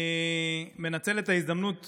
אני מנצל את ההזדמנות פה,